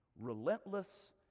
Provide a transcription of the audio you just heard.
Relentless